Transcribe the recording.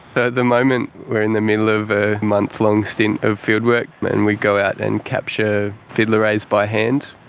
the the moment we are in the middle of a month-long stint of fieldwork, and we go out and capture fiddler rays by hand,